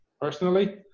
personally